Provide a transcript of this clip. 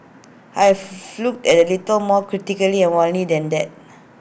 I've looked at A little more critically and warily than that